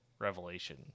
revelation